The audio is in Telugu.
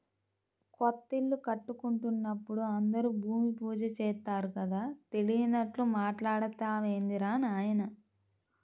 కొత్తిల్లు కట్టుకుంటున్నప్పుడు అందరూ భూమి పూజ చేత్తారు కదా, తెలియనట్లు మాట్టాడతావేందిరా నాయనా